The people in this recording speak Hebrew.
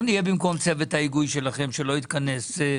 אנחנו נהיה במקום צוות ההיגוי שלכם שלא התכנס.